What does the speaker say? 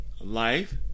life